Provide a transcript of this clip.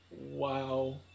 Wow